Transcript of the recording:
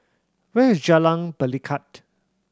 where is Jalan Pelikat